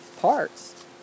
parts